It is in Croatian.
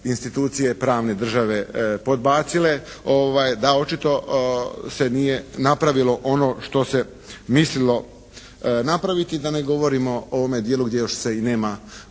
institucije pravne države podbacile, da očito se nije napravilo ono što se mislilo napraviti, da ne govorimo o ovom dijelu gdje još se i nema